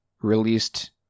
released